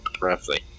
roughly